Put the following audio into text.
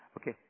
okay